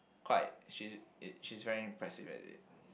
quite she it she is very impressive at it